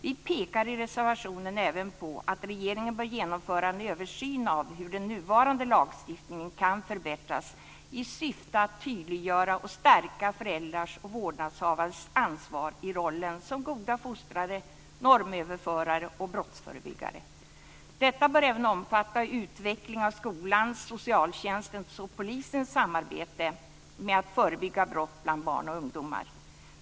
Vi pekar i reservationen även på att regeringen bör genomföra en översyn av hur den nuvarande lagstiftningen kan förbättras i syfte att tydliggöra och stärka föräldrars och vårdnadshavares ansvar i rollen som goda fostrare, normöverförare och brottsförebyggare. Detta bör även omfatta utveckling av skolans, socialtjänstens och polisens samarbete med att förebygga brott bland barn och ungdomar.